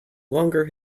longer